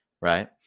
right